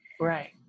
Right